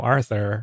Arthur